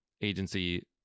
agency